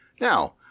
Now